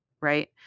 Right